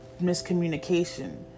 miscommunication